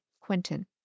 Quentin